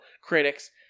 critics